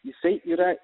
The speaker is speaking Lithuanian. jisai yra